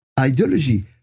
ideology